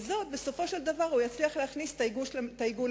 ובסופו של דבר הוא יצליח להכניס את העיגול למשולש,